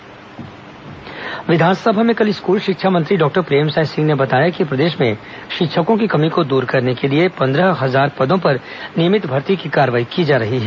विधानसभा शिक्षक भर्ती विधानसभा में कल स्कूल शिक्षा मंत्री डॉक्टर प्रेमसाय सिंह ने बताया कि ्प्रदेश में शिक्षकों की कमी को दूर करने के लिए पंद्रह हजार पदों पर नियमित भर्ती की कार्रवाई की जा रही है